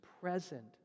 present